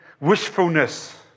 wishfulness